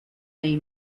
may